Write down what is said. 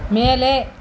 மேலே